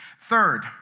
Third